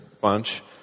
bunch